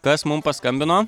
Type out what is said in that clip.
kas mum paskambino